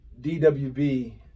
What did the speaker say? DWB